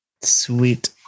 Sweet